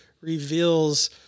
reveals